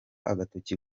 agatoki